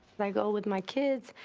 i go with my kids,